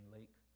Lake